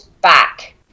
back